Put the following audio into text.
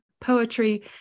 poetry